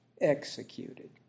executed